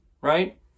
right